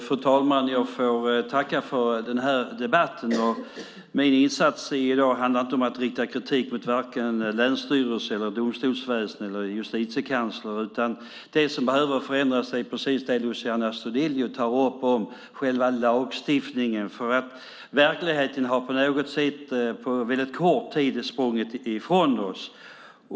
Fru talman! Jag får tacka för att debatten kommit till stånd. Min insats i dag handlar inte om att rikta kritik mot länsstyrelser, domstolsväsendet eller Justitiekanslern. Det som behöver förändras är själva lagstiftningen, precis som Luciano Astudillo tar upp. Verkligheten har på något sätt på väldigt kort tid sprungit ifrån oss.